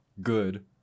good